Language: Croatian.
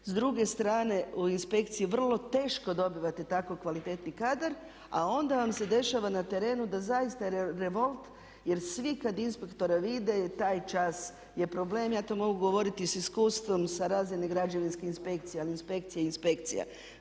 s druge strane o inspekciji vrlo teško dobivate tako kvalitetni kadar a onda vam se dešava na terenu da zaista revolt jer svi kad inspektora vide taj čas je problem. Ja to mogu govoriti s iskustvo sa razine građevinske inspekcije, ali inspekcija je inspekcija.